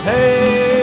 Hey